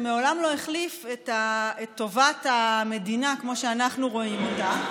זה מעולם לא החליף את טובת המדינה כמו שאנחנו רואים אותה.